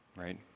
Right